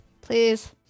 Please